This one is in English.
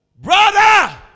Brother